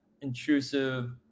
Intrusive